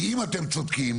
כי אם אתם צודקים